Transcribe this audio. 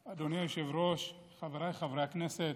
היושב-ראש, חבריי חברי הכנסת,